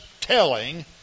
telling